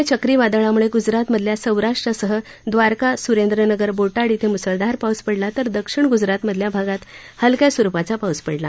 महा या चक्रीवादळामुळे गुजरातमधल्या सौराष्ट्रसह द्वारका सुरेन्द्रनगर बोटाड इथं मुसळधार पाऊस पडला तर दक्षिण गुजरातमधल्या भागात हलक्या स्वरुपाचा पाऊस पडला